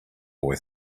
boy